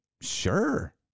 Sure